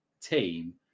team